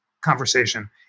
conversation